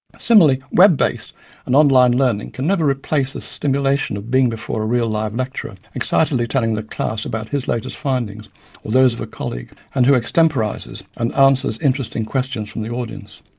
similarly, web-based and online learning can never replace the stimulation of being before a real, live lecturer, excitedly telling the class about his latest findings or those of a colleague, and who extemporizes and answers interesting questions from the audience.